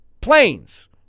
Planes